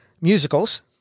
musicals